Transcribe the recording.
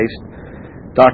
Dr